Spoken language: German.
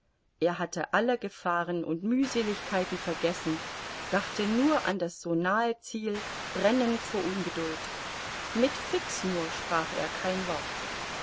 er hatte alle gefahren und mühseligkeiten vergessen dachte nur an das so nahe ziel brennend vor ungeduld mit fix nur sprach er kein wort